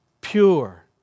pure